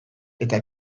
eta